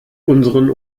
unseren